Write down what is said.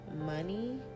money